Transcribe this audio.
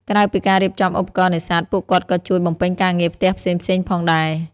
ក្រៅពីការរៀបចំឧបករណ៍នេសាទ ពួកគាត់ក៏ជួយបំពេញការងារផ្ទះផ្សេងៗផងដែរ។